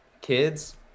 kids